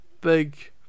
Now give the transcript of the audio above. big